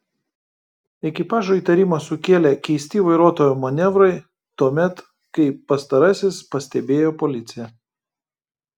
ekipažui įtarimą sukėlė keisti vairuotojo manevrai tuomet kai pastarasis pastebėjo policiją